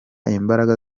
imbaraga